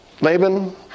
Laban